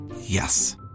Yes